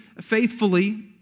faithfully